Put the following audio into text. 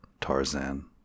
Tarzan